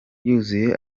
yuzuye